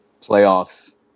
playoffs